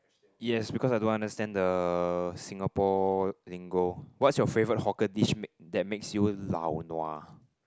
yes because I don't understand the Singapore lingo what's your favourite hawker dish make that makes you lao nua